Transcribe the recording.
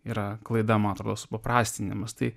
yra klaida man atrodo suprastinimas tai